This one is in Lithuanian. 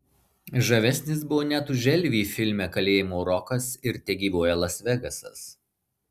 žavesnis buvo net už elvį filme kalėjimo rokas ir tegyvuoja las vegasas